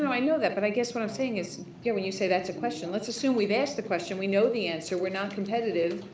i know that but i guess what i'm saying is yeah, when you say that's a question let's assume we've ask the question, we know the answer, we're not competitive,